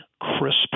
crisp